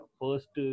first